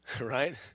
Right